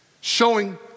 showing